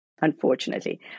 unfortunately